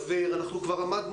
אנחנו חס וחלילה לא רצינו